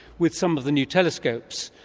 with some of the new telescopes,